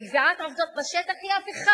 קביעת עובדות בשטח היא הפיכה.